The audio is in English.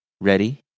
ready